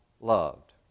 loved